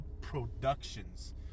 Productions